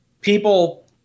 people